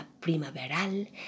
primaveral